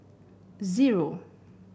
zero